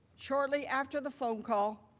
shortly after the phone call,